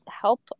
help